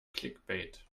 clickbait